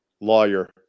Lawyer